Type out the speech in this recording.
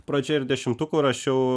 pradžioj ir dešimtukų rašiau